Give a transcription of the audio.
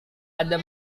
ada